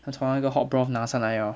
他从那个 hot broth 拿上来 orh